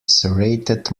serrated